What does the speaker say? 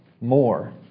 more